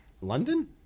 London